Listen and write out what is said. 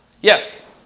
Yes